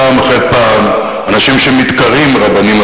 פעם אחרי פעם אנשים שמתקראים רבנים,